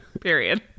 period